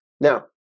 Now